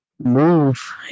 move